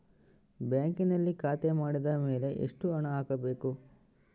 ಬ್ಯಾಂಕಿನಲ್ಲಿ ಖಾತೆ ಮಾಡಿದ ಮೇಲೆ ಎಷ್ಟು ಹಣ ಹಾಕಬೇಕು?